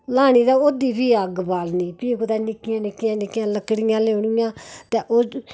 लानी ते फ्ही ओहदी अग्ग बालनी फ्ही कुतै निक्की निक्की लकड़ियां लेई औनियां ते उस